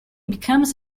becomes